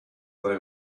they